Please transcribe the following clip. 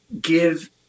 give